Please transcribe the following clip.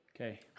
Okay